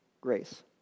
grace